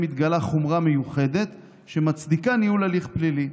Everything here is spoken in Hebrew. נתגלתה חומרה מיוחדת המצדיקה ניהול הליך פלילי.